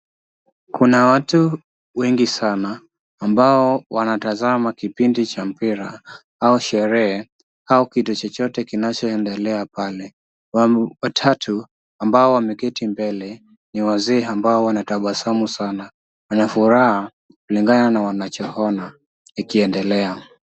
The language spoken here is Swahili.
Kuna watu wengi sana ambao wanatazama kipindi cha mpira au sherehe au kitu chochote kinachoendelea pale. Watatu ambao wameketi mbele ni wazee ambao wanatabasamu sana. Wanafuraha kulingana na wanachoona ikiendelea.